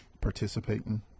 participating